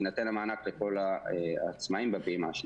יינתן המענק לכל העצמאיים בפעימה השנייה.